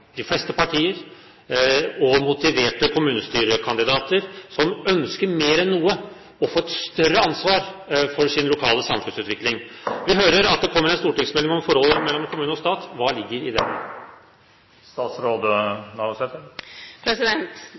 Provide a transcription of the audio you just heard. de fleste partier og motiverte kommunestyrekandidater som mer enn noe ønsker å få et større ansvar for sin lokale samfunnsutvikling. Vi hører at det kommer en stortingsmelding om forholdet mellom kommune og stat. Hva ligger i den? Om det